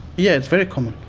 yeah, it's very common.